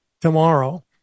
tomorrow